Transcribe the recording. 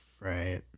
Right